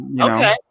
Okay